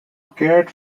cared